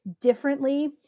differently